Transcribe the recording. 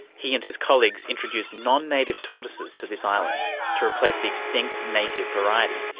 he and his colleagues introduced non-native tortoises to this island to replace the extinct native variety.